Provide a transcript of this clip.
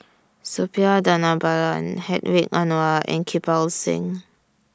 Suppiah Dhanabalan Hedwig Anuar and Kirpal Singh